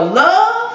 love